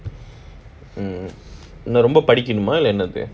mm இன்னும் ரொம்ப படிக்கணுமா என்னது:innum romba padikkanuma ennathu